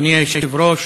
אדוני היושב-ראש,